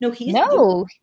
No